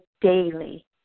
daily